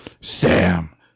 Sam